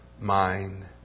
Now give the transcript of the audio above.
mind